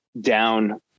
down